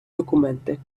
документи